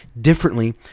differently